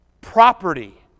property